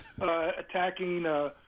attacking –